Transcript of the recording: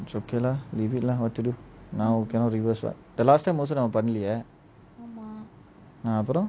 it's okay lah leave it lah what to do now cannot reverse [what] the last time also நம்ம பன்னலியே அப்புறம்:namma panaliyae apram